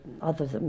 others